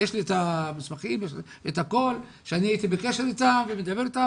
יש לי את המסמכים שאני הייתי בקשר איתם ודיברתי איתם.